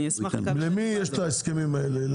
למי יש ההסכמים האלה?